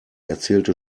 erzählte